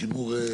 שימור.